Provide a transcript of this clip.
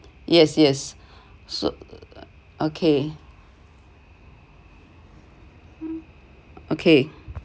yes yes so~ okay okay